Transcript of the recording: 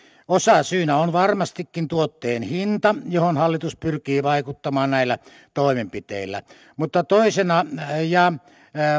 osasyynä on varmastikin tuotteen hinta johon hallitus pyrkii vaikuttamaan näillä toimenpiteillä mutta toisena ja